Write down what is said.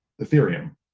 Ethereum